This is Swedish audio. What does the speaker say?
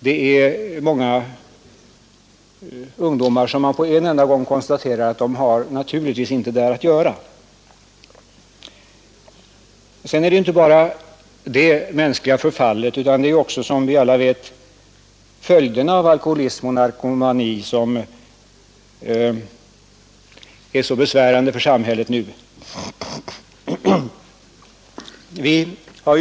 Där finns många ungdomar, om vilka man på en enda gång kan säga att de naturligtvis inte har där att göra. Men det är inte bara det mänskliga förfallet, utan det är också som vi vet, följderna av alkoholism och narkomani som är så besvärande för samhället, bl.a. den tilltagande brottsligheten.